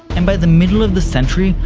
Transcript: and by the middle of the century,